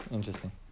Interesting